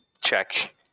check